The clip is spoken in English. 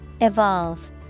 Evolve